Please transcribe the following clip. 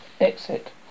Exit